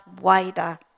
wider